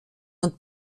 und